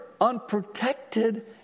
unprotected